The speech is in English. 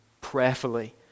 prayerfully